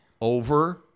over